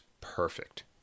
perfect